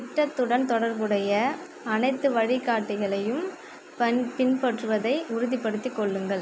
திட்டத்துடன் தொடர்புடைய அனைத்து வழிகாட்டிகளையும் பன் பின்பற்றுவதை உறுதிப்படுத்திக் கொள்ளுங்கள்